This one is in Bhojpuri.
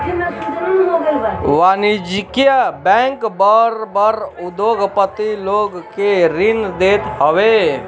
वाणिज्यिक बैंक बड़ बड़ उद्योगपति लोग के ऋण देत हवे